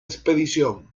expedición